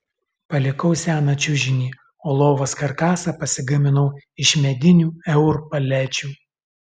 palikau seną čiužinį o lovos karkasą pasigaminau iš medinių eur palečių